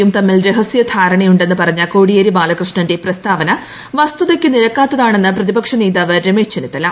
യും തമ്മിൽ രഹസൃധാരണയുണ്ടെന്ന് പറഞ്ഞ കോടിയേരി ബാലകൃഷ്ണന്റെ പ്രസ്താവന വസ്തുതയ്ക്ക് നിരക്കാത്തതാണെന്ന് പ്രതിപക്ഷ നേതാവ് രമേശ് ചെന്നിത്തല